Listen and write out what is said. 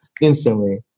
instantly